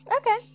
Okay